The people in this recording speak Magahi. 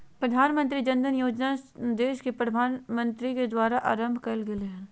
प्रधानमंत्री जन धन योजना देश के प्रधानमंत्री के द्वारा आरंभ कइल गेलय हल